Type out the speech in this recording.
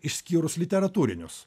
išskyrus literatūrinius